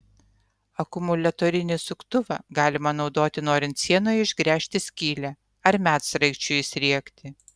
akumuliatorinį suktuvą galima naudoti norint sienoje išgręžti skylę ar medsraigčiui įsriegti